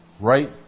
right